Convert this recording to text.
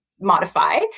modify